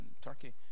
Turkey